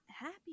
happy